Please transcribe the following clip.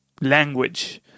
language